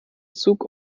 zug